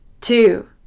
two